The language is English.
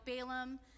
Balaam